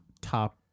Top